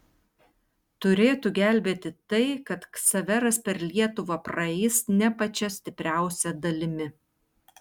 turėtų gelbėti tai kad ksaveras per lietuvą praeis ne pačia stipriausia dalimi